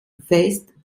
west